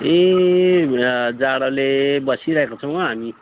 ए यहाँ जाडोले बसिरहेको छौँ हौ हामी